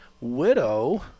widow